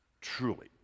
truly